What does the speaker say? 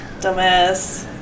Dumbass